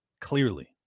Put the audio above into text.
clearly